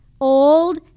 old